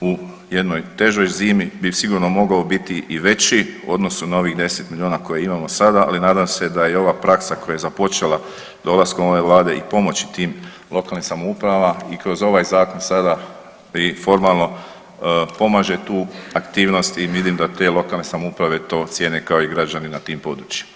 u jednoj težoj zimi bi sigurno mogao biti i veći u odnosu na ovih 10 milijuna koje imamo sada, ali nadam se da i ova praksa koja je započela dolskom ove Vlade i pomoći tim lokalnim samoupravama i kroz ovaj zakon sada i formalno pomaže tu aktivnost i vidim da te lokalne samouprave to cijene kao i građani na tim područjima.